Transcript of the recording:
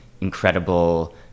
incredible